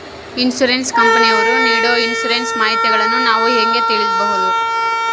Insurance ಕಂಪನಿಯವರು ನೇಡೊ insurance ಮಾಹಿತಿಗಳನ್ನು ನಾವು ಹೆಂಗ ತಿಳಿಬಹುದ್ರಿ?